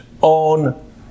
on